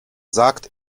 sagt